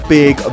big